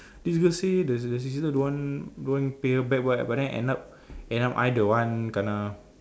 this girl say the the sister don't want don't want pay her back what but than end up end up I the one kena